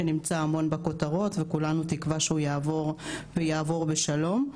שנמצא המון בכותרות וכולנו תקווה שהוא יעבור ויעבור בשלום,